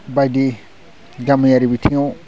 बायदि गामियारि बिथिङाव